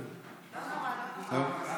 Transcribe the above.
לא נורא,